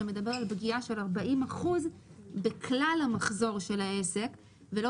שמדבר על פגיעה של 40% בכלל המחזור של העסק ולא